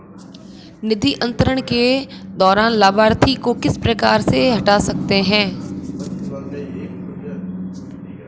निधि अंतरण के दौरान लाभार्थी को किस प्रकार से हटा सकते हैं?